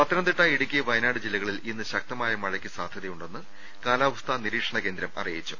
പത്തനംതിട്ട ഇടുക്കി വയനാട് ജില്ലകളിൽ ഇന്ന് ശക്തമായ മഴയ്ക്ക് സാധൃതയുണ്ടെന്ന് കാലാവസ്ഥാ നിരീക്ഷണകേന്ദ്രം അറിയിച്ചു